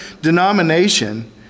denomination